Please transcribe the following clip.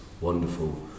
wonderful